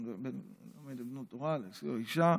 להשיאו אישה,